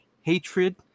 hatred